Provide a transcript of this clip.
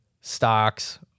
stocks